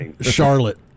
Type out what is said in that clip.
Charlotte